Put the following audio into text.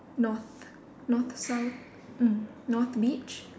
north north south mm north beach